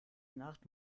nacht